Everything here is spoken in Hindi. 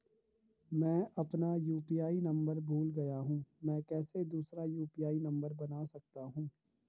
मैं अपना यु.पी.आई नम्बर भूल गया हूँ मैं कैसे दूसरा यु.पी.आई नम्बर बना सकता हूँ?